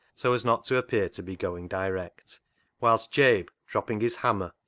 so as not to appear to be going direct whilst jabe, dropping his hammer,